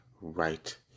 right